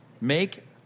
Make